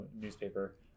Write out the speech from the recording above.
newspaper